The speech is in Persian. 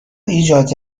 ایجاد